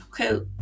okay